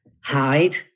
hide